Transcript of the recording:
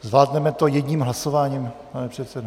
Zvládneme to jedním hlasováním, pane předsedo?